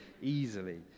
easily